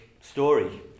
story